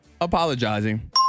apologizing